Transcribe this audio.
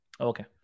Okay